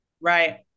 Right